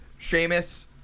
Seamus